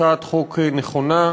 הצעת חוק נכונה,